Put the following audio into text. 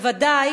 ובוודאי